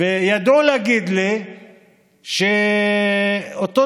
הם ידעו להגיד לי אותו דבר,